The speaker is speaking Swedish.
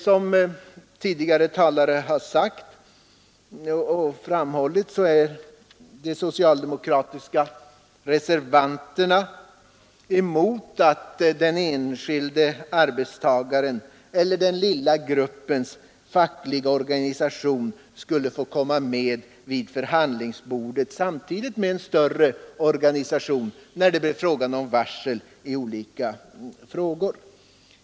Som tidigare talare framhållit är de socialdemokratiska reservanterna emot att den enskilde arbetstagaren eller den lilla gruppens fackliga organisation skall få komma med vid förhandlingsbordet samtidigt med en större organisation, när det blir fråga om varsel i olika avseenden.